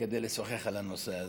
כדי לשוחח על הנושא הזה.